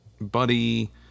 buddy